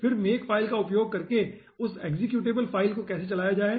फिर makefile का उपयोग करके उस एक्सेक्यूटबल फ़ाइल को कैसे चलाया जाए